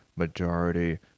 Majority